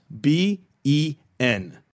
b-e-n